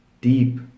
deep